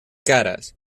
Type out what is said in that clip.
caras